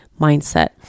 mindset